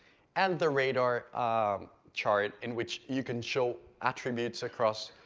and the radar chart in which you can show attributes across,